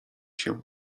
się